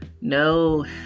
No